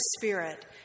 Spirit